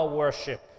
worship